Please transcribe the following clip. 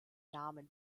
namen